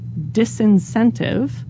disincentive